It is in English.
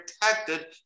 protected